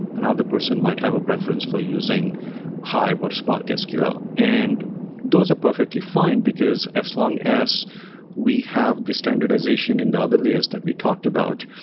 another person might have a preference for using hive or sparksql. and those are perfectly fine, because as long as we have the standardization in the other layers that we talked about,